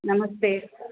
नमस्ते